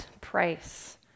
price